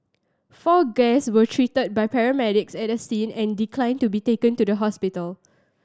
four guests were treated by paramedics at the scene and declined to be taken to the hospital